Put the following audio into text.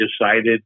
decided